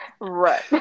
Right